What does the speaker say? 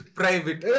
private